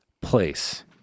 place